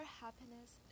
happiness